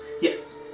Yes